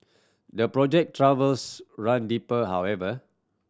the project troubles run deeper however